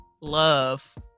love